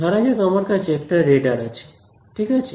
ধরা যাক আমার কাছে একটি রেডার আছে ঠিক আছে